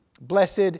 Blessed